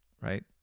Right